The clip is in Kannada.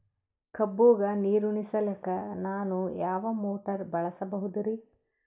ಕಬ್ಬುಗ ನೀರುಣಿಸಲಕ ನಾನು ಯಾವ ಮೋಟಾರ್ ಬಳಸಬಹುದರಿ?